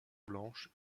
blanche